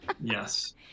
Yes